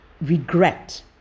regret